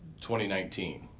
2019